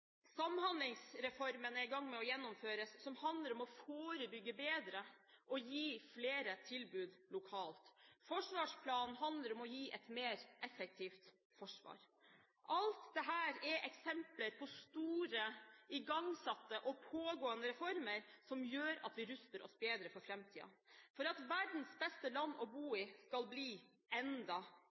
Samhandlingsreformen er i ferd med å gjennomføres, som handler om å forebygge bedre og gi flere tilbud lokalt, og forsvarsplanen handler om å gi et mer effektivt forsvar. Alt dette er eksempler på store igangsatte og pågående reformer som gjør at vi ruster oss bedre for framtiden, for at verdens beste land å bo i skal bli enda